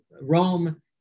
Rome